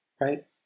right